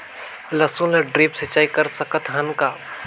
लसुन ल ड्रिप सिंचाई कर सकत हन का?